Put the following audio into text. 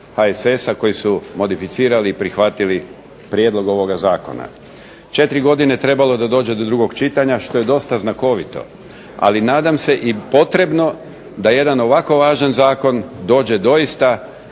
HSS-a, koji su modificirali i prihvatili prijedlog ovoga zakona. 4 godine trebalo je da dođe do drugog čitanja, što je dosta znakovito, ali nadam se i potrebno da jedan ovako važan zakon dođe doista,